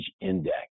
index